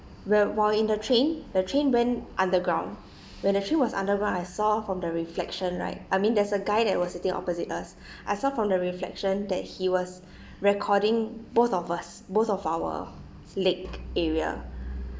where while in the train the train went underground when the train was underground I saw from the reflection right I mean there's a guy that was sitting opposite us I saw from the reflection that he was recording both of us both of our leg area